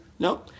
No